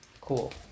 Cool